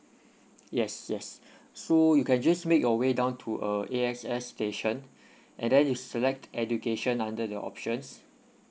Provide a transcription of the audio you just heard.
yes yes so you can just make your way down to uh A_X_S station and then you select education under the options